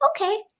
Okay